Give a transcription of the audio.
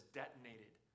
detonated